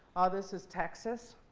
ah this is texas.